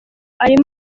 arimo